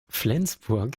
flensburg